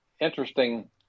interesting